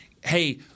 hey